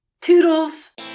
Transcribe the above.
Toodles